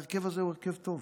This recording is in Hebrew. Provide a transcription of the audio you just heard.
שההרכב הזה הוא הרכב טוב,